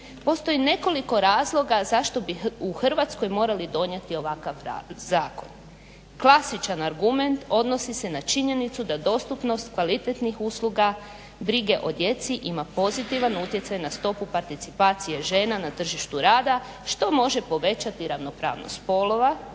Postoji nekoliko razloga zašto bi u Hrvatskoj morali donijeti ovakav zakon. Klasičan argument odnosi se na činjenicu da dostupnost kvalitetnih usluga brige o djeci ima pozitivan utjecaj na stopu participacije žena na tržištu rada što može povećati ravnopravnost spolova,